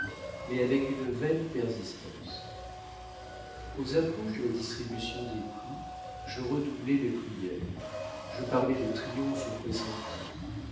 mais avec une vaine persistance aux approches de la distribution des prix je redoublais mes prières je parlais de triomphes pressentis